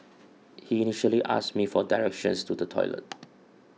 he initially asked me for directions to the toilet